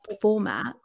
format